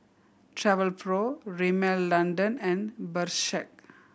Travelpro Rimmel London and Bershka